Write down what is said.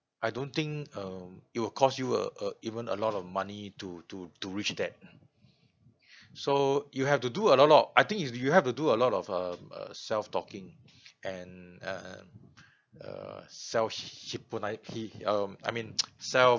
I don't think um it'll cost you uh uh even a lot of money to to to reach that so you have to do a lot of I think is you have to do a lot of um uh self talking and uh uh um I mean self